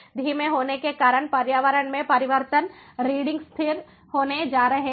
धीमे होने के कारण पर्यावरण में परिवर्तन रीडिंग स्थिर होने जा रहे हैं